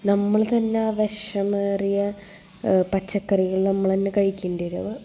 നമ്മൾ തന്നെ ആ വിഷമേറിയ പച്ചക്കറികൾ നമ്മൾ തന്നെ കഴിക്കേണ്ടി വരും